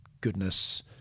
goodness